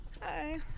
Hi